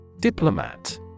Diplomat